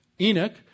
Enoch